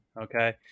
Okay